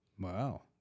Wow